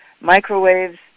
microwaves